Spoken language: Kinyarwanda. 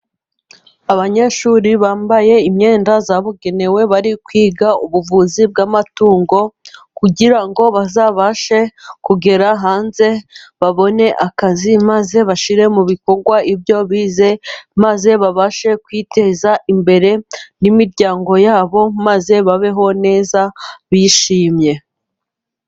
Abanyeshuri bambaye imyenda yabugenewe, bari kwiga ubuvuzi bw'amatungo, kugira ngo bazabashe kugera hanze babone akazi, maze bashyire mu bikorwa ibyo bize, maze babashe kwiteza imbere ni imiryango yabo, maze babeho neza bishimye.